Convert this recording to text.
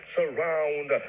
Surround